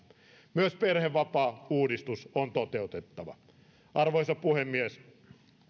myös perhevapaauudistus on toteutettava arvoisa puhemies